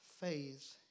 faith